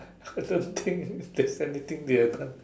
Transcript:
I don't think there's anything they had done